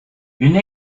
une